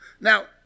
Now